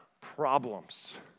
problems